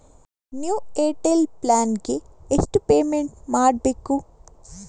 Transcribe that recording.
New Airtel plan ಗೆ ಎಷ್ಟು payment ಮಾಡ್ಬೇಕು?